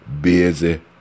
busy